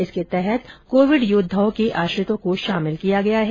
इसके अन्तर्गत कोविड योद्वाओं के आश्रितों को शामिल किया गया है